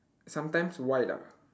sometimes white ah